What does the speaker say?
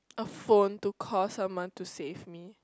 a phone to call someone to save me